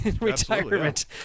Retirement